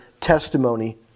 testimony